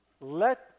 let